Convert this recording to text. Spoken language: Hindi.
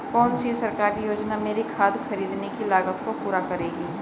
कौन सी सरकारी योजना मेरी खाद खरीदने की लागत को पूरा करेगी?